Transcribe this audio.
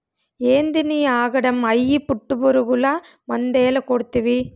ఏందినీ ఆగడం, అయ్యి పట్టుపురుగులు మందేల కొడ్తివి